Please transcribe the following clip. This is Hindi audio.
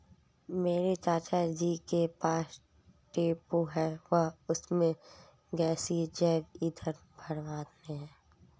मेरे चाचा जी के पास टेंपो है वह उसमें गैसीय जैव ईंधन भरवाने हैं